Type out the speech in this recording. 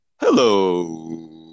hello